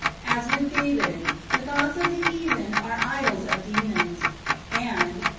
as with david the gods of the heathen are idols of demons and,